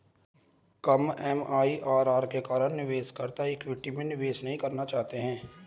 कम MIRR के कारण निवेशकर्ता इक्विटी में निवेश नहीं करना चाहते हैं